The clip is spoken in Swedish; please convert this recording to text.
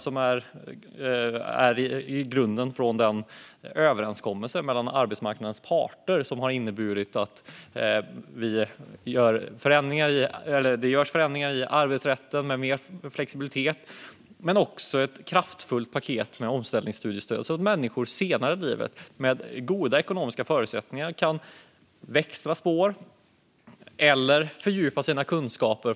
Den har sin grund i den överenskommelse mellan arbetsmarknadens parter som har inneburit att det görs förändringar i arbetsrätten med mer flexibilitet men som också innebär ett kraftfullt paket med omställningsstudiestöd så att människor senare i livet med goda ekonomiska förutsättningar kan växla spår eller fördjupa sina kunskaper.